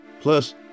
plus